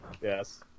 Yes